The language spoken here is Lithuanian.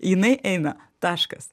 jinai eina taškas